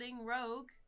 rogue